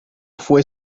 fue